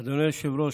אדוני היושב-ראש,